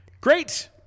great